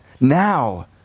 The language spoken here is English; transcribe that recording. now